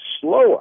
slower